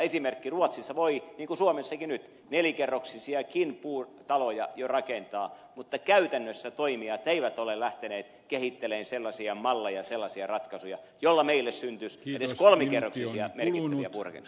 esimerkiksi ruotsissa voi niin kuin suomessakin nyt nelikerroksisiakin puutaloja jo rakentaa mutta käytännössä toimijat eivät ole lähteneet kehittelemään sellaisia malleja sellaisia ratkaisuja joilla meille syntyisi edes kolmikerroksisia merkittäviä puurakennuksia